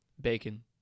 bacon